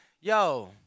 Yo